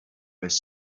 with